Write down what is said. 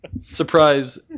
Surprise